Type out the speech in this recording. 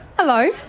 Hello